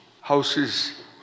houses